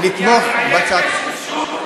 לתמוך בהצעת החוק.